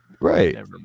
Right